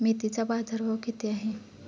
मेथीचा बाजारभाव किती आहे?